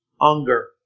Unger